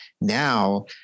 now